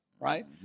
right